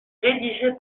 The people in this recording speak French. rédigé